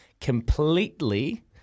completely